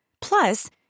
Plus